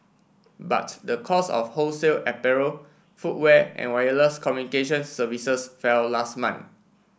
but the cost of wholesale apparel footwear and wireless communications services fell last month